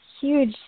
huge